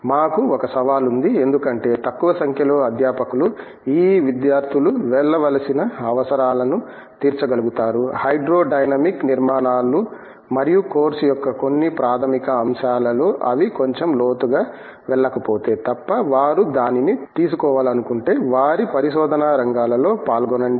మాకు ఒక సవాలు ఉంది ఎందుకంటే తక్కువ సంఖ్యలో అధ్యాపకులు ఈ విద్యార్థులు వెళ్ళవలసిన అవసరాలను తీర్చగలుగుతారు హైడ్రోడైనమిక్ నిర్మాణాలు మరియు కోర్సు యొక్క కొన్ని ప్రాథమిక అంశాలలో అవి కొంచెం లోతుగా వెళ్ళకపోతే తప్ప వారు దానిని తీసుకోవాలనుకుంటే వారి పరిశోధనా రంగాలలో పాల్గొనండి